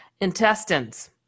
intestines